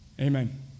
Amen